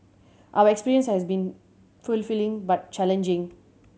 our experience has been fulfilling but challenging